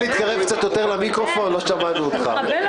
אם